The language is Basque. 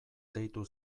deitu